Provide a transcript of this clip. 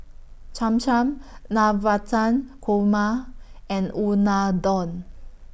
Cham Cham Navratan Korma and Unadon